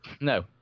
No